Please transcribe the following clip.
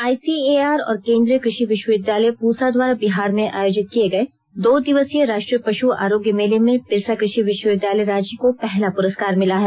ICAR और केन्द्रीय कृषि विश्वविद्यालय पूसा द्वारा बिहार में आयोहित किये गए दो दिवसीय राष्ट्रीय पशु आरोग्य मेले में बिरसा कृषि विश्वविद्यालय रांची को पहला पुरस्कार मिला है